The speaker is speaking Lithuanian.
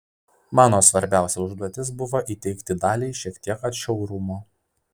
mano svarbiausia užduotis buvo įteigti daliai šiek tiek atšiaurumo